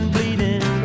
Bleeding